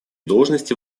должности